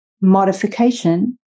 modification